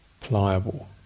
pliable